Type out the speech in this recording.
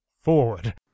forward